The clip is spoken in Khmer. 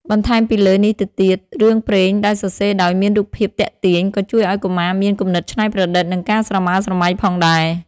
បន្ថែមពីលើនេះទៅទៀត រឿងព្រេងដែលសរសេរដោយមានរូបភាពទាក់ទាញ ក៏ជួយឲ្យកុមារមាន គំនិតច្នៃប្រឌិត និងការស្រមើលស្រមៃ ផងដែរ។